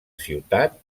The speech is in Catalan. ciutat